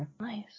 Nice